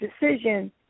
Decision